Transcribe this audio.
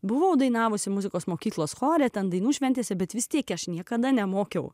buvau dainavusi muzikos mokyklos chore ten dainų šventėse bet vis tiek aš niekada nemokiau